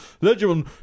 Legend